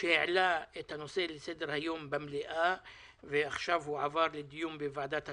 שהעלה את הנושא לסדר היום במליאה ועכשיו בדיון בוועדת הכספים.